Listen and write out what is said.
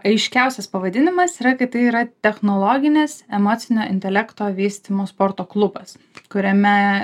aiškiausias pavadinimas yra kad tai yra technologinės emocinio intelekto vystymo sporto klubas kuriame